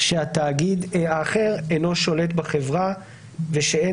שהתאגיד האחר אינו שולט בחברה ושאין